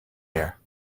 air